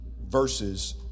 verses